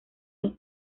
los